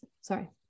sorry